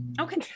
Okay